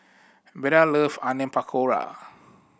Beda love Onion Pakora